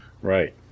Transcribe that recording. Right